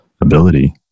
ability